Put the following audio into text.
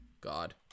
God